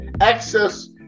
access